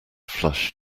flush